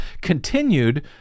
continued